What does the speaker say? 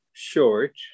short